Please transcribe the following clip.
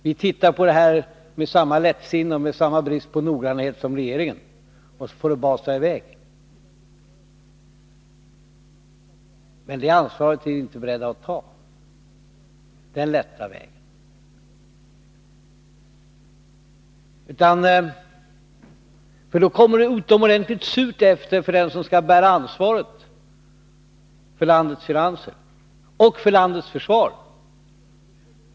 Vi tittar på detta med samma lättsinne och samma brist på noggranhet som regeringen, och så får det basa i väg. Men det ansvaret är vi inte beredda att ta. Vi är inte beredda att gå den lätta vägen, för då kommer det utomordentligt surt efter för dem som skall bära ansvaret för landets finanser och för landets försvar.